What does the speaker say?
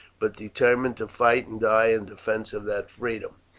but determined to fight and die in defence of that freedom.